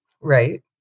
Right